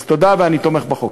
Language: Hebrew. אז תודה, ואני תומך בחוק.